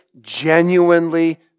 genuinely